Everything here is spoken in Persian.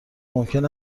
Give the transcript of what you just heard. ممکن